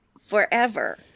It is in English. forever